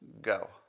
Go